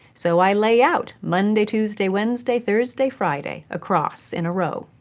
so i lay out monday, tuesday, wednesday, thursday, friday across in a row.